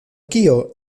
kio